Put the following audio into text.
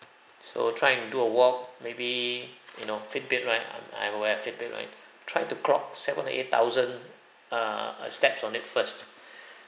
so trying to do a walk maybe you know Fitbit right I'm I wear Fitbit right tried to clock seven or eight thousand err uh steps on it first